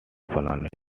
planned